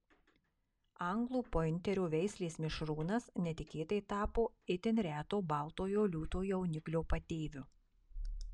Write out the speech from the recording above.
anglų pointerio veislės mišrūnas netikėtai tapo itin reto baltojo liūto jauniklio patėviu